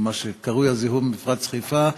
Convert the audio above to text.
או מה שקרוי הזיהום, במפרץ חיפה.